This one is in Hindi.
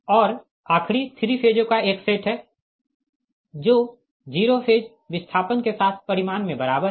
और आखिरी 3 फेजों का एक सेट है जो 0 फेज विस्थापन के साथ परिमाण में बराबर है